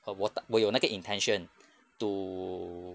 err 我的我有那个 intention to